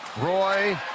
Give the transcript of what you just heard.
Roy